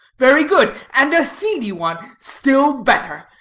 very good. and a seedy one still better.